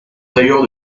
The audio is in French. tailleur